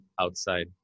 outside